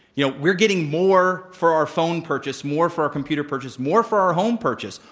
you know, we're getting more for our phone purchase, more for our computer purchase, more for our home purchase,